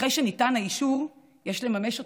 אחרי שניתן האישור, יש לממש אותו,